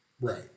Right